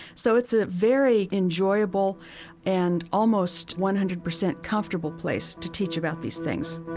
so it's a very enjoyable and almost one hundred percent comfortable place to teach about these things